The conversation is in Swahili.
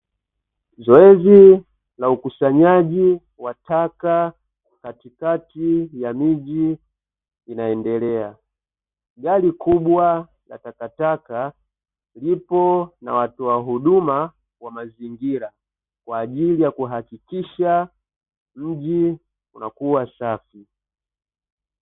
Zoezi na ukusanyaji wa taka katikati ya miji unaendelea, gari kubwa la takataka lipo na watoa huduma wa mazingira kwa ajili ya kuhakikisha mji unakua safi.